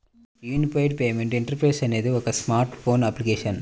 unified payment interface అనేది ఒక smart phone application